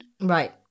Right